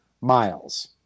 miles